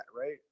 right